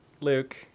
Luke